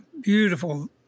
beautiful